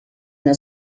una